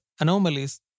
anomalies